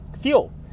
fuel